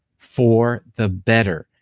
for the better.